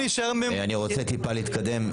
להישאר --- אני רוצה טיפה להתקדם.